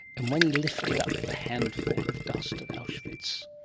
and when he lifted up the handful of dust at auschwitz,